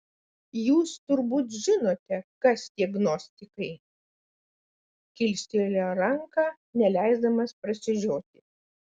jūs turbūt žinote kas tie gnostikai kilstelėjo ranką neleisdamas prasižioti